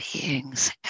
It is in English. beings